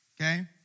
Okay